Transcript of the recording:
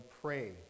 pray